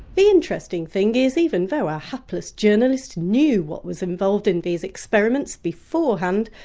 the interesting thing is even though our hapless journalist knew what was involved in these experiments beforehand,